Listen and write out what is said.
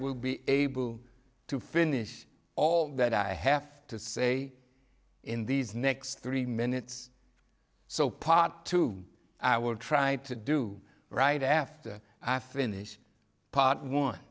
will be able to finish all that i have to say in these next three minutes so pot too i will try to do right after i finish part one